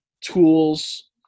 tools